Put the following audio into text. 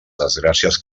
desgràcies